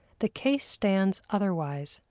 the case stands otherwise.